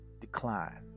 decline